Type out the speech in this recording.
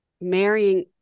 marrying